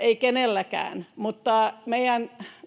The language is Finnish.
ei kenestäkään, mutta